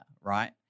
right